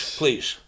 please